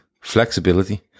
Flexibility